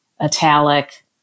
italic